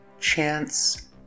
Chance